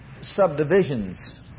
subdivisions